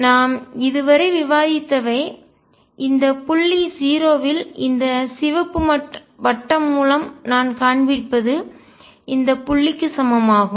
நாம் இதுவரை விவாதித்தவை இந்த புள்ளி 0 இல் இந்த சிவப்பு வட்டம் மூலம் நான் காண்பிப்பது இந்த புள்ளிக்கு சமம் ஆகும்